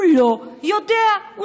הוא לא יודע מה המקורבים אליו עושים,